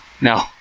No